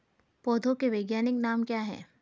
पौधों के वैज्ञानिक नाम क्या हैं?